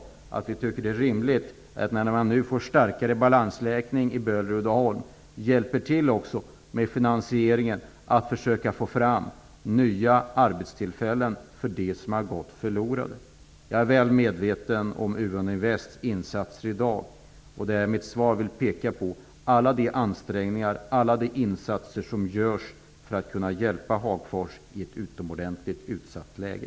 Vi tycker att det är rimligt att Böhler-Uddeholm, nu när man får en starkare balansräkning, också hjälper till med att försöka få fram nya arbetstillfällen i stället för de som har gått förlorade. Jag är väl medveten om Uvån Invests insatser i dag, och jag ville i mitt svar peka på alla de ansträngningar och alla de insatser som görs för att hjälpa Hagfors i ett utomordentligt utsatt läge.